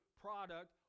product